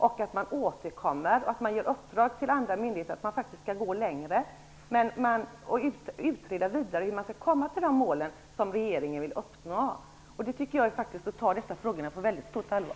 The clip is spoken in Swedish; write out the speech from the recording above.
Man tänker återkomma och ge uppdrag åt andra myndigheter att utreda vidare hur de mål som regeringen vill uppnå skall nås. Det tycker jag är att ta dessa frågor på väldigt stort allvar.